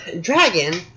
Dragon